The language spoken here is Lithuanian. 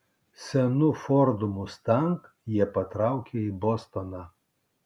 senu fordu mustang jie patraukė į bostoną